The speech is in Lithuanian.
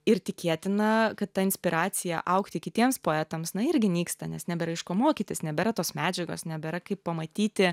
ir tikėtina kad ta inspiracija augti kitiems poetams na irgi nyksta nes nebėra iš ko mokytis nebėra tos medžiagos nebėra kaip pamatyti